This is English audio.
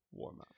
warmup